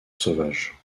sauvages